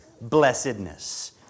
blessedness